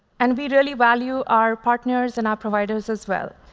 and we really value our partners and our providers as well.